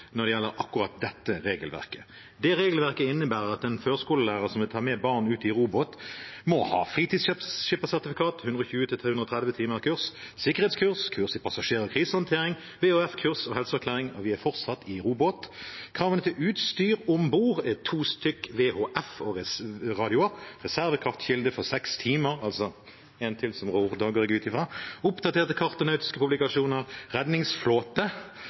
når det gjelder akkurat dette regelverket. Det regelverket innebærer at en førskolelærer som vil ta med barn ute i robåt, må ha fritidsskippersertifikat – 120–330 timers kurs, sikkerhetskurs, kurs i passasjer- og krisehåndtering, VHF-kurs og helseerklæring – og vi er fortsatt i robåt. Kravene til utstyr om bord er 2 stk. VHF-radioer, reservekraftkilde for 6 timer – altså en til som ror da, går jeg ut fra – oppdaterte kart og nautiske publikasjoner, redningsflåte,